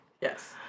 Yes